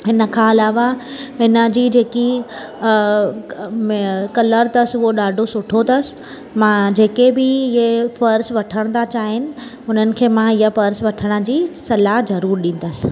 हिनखां अलावा हिनजी जेकी कलर अथसि उहो ॾाढो सुठो अथसि मां जेके बि इहा पर्स वठणु था चाहिनि हुननि खे मां इहा पर्स वठण जी सलाह ज़रूरु ॾींदसि